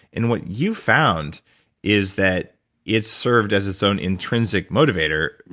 and what you found is that it's served as its own intrinsic motivator,